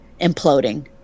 imploding